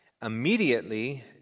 Immediately